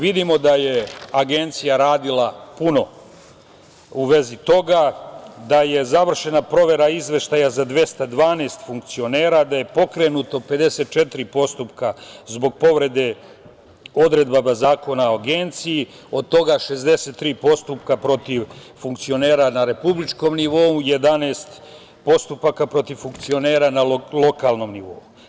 Vidimo da je Agencija radila puno u vezi toga, da je završena provera izveštaja za 212 funkcionera, da je pokrenuto 54 postupka zbog povrede odredaba Zakona o agenciji, od toga 63 postupka protiv funkcionera na republičkom nivou, 11 postupaka protiv funkcionera na lokalnom nivou.